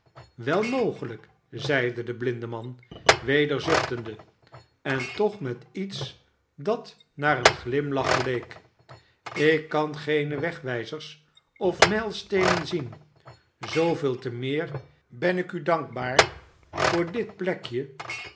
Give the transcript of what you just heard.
wel mogelijk zeide de blindeman weder zuchtende en toch met iets dat naar een glimlach geleek slk kan geene wegwijzers of mijlsteenen zien zooveel te meer ben ik u dankbaar voor dit plekje